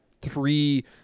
three